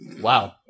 Wow